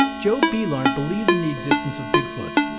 joe beelart believes in the existence of bigfoot.